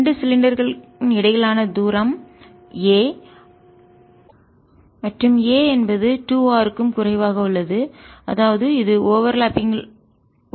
2 சிலிண்டர்களின் அச்சுக்கு இடையிலான தூரம் a மற்றும் a என்பது 2 r க்கும் குறைவாக உள்ளது அதாவது இது ஓவர்லாப்பிங் ஒன்றுடன் ஒன்றுயில் உள்ளது